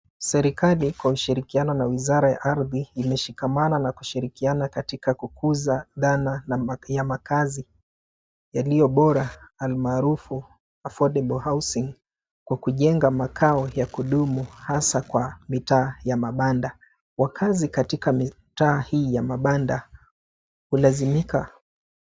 Serikali kwa ushirikiano wa wizara ya ardhi imeshikamana na kushirikiana katika kupuza dhana ya makaazi yaliyobora almaarufu affordable housing kwa kujenga makao ya kudumu hasaa kwa mitaa ya mabanda. Wakaazi katika mitaa hii ya mabanda hulazimika.